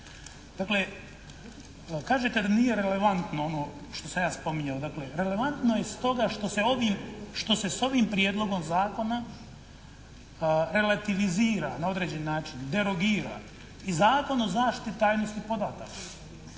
Dakle, kažete da nije relevantno ono što sam ja spominjao. Dakle, relevantno je stoga što se s ovim prijedlogom zakona relativizira na određeni način, derogira i Zakon o zaštiti tajnosti podataka